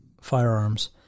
firearms